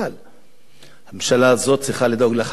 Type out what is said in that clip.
הממשלה הזאת צריכה לדאוג לחקלאי המדינה